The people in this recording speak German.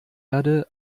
erde